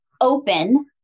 open